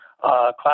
Class